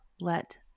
let